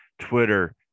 Twitter